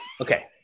Okay